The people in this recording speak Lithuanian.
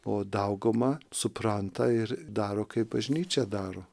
o dauguma supranta ir daro kaip bažnyčia daro